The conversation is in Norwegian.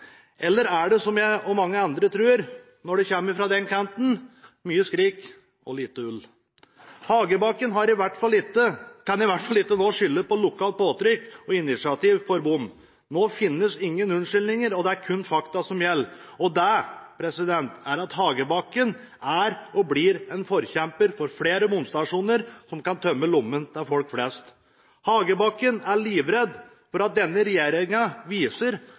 eller er det, som jeg og mange andre tror, når det kommer ifra den kanten, mye skrik og lite ull? Hagebakken kan i hvert fall ikke nå skylde på lokalt påtrykk og initiativ for bom. Nå finnes ingen unnskyldninger, det er kun fakta som gjelder, og det er at Hagebakken er og blir en forkjemper for flere bomstasjoner som kan tømme lommene til folk flest. Hagebakken er livredd for at denne